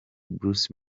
bruce